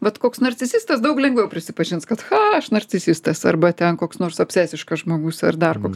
bet koks narcisistas daug lengviau prisipažins kad cha aš narcisistas arba ten koks nors absesiškas žmogus ar dar koks